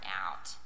out